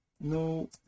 no